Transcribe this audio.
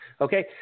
okay